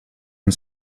and